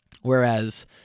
Whereas